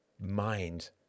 mind